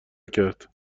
کرد